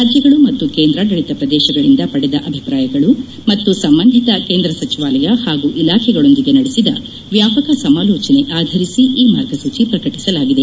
ರಾಜ್ಯಗಳು ಮತ್ತು ಕೇಂದ್ರಾಡಳಿತ ಪ್ರದೇಶಗಳಿಂದ ಪಡೆದ ಅಭಿಪ್ರಾಯಗಳು ಮತ್ತು ಸಂಬಂಧಿತ ಕೇಂದ್ರ ಸಚಿವಾಲಯ ಹಾಗೂ ಇಲಾಖೆಗಳೊಂದಿಗೆ ನಡೆಸಿದ ವ್ಯಾಪಕ ಸಮಾಲೋಚನೆ ಆಧರಿಸಿ ಈ ಮಾರ್ಗಸೂಚಿ ಪ್ರಕಟಿಸಲಾಗಿದೆ